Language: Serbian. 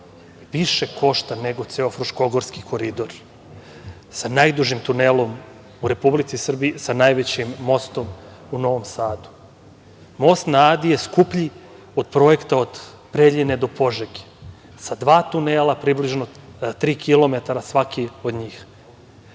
više košta nego ceo Fruškogorski koridor sa najdužim tunelom u Republici Srbiji, sa najvećim mostom u Novom Sadu. Most na Adi je skuplji od projekta od Preljine do Požege, sa dva tunela približno tri kilometara svaki od njih.